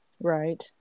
right